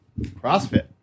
Crossfit